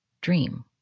dream